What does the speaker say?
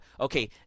okay